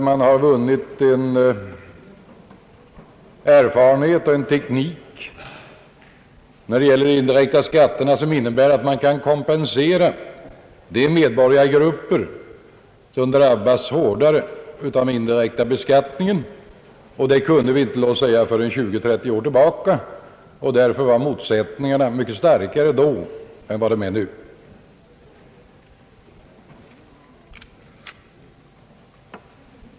Man har fått en erfarenhet och en teknik när det gäller de indirekta skatterna, som innebär att man kan kompensera de medborgargrupper som drabbas hårdare av den indirekta beskattningen. Det kunde vi inte för låt oss säga tjugu eller trettio år sedan, och därför var motsättningarna mycket starkare då än de är nu.